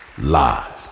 Live